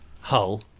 hull